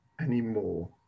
anymore